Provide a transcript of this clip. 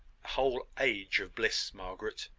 whole age of bliss, margaret!